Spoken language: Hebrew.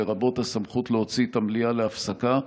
לרבות הסמכות להוציא את המליאה להפסקה,